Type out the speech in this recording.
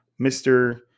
Mr